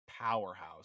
powerhouse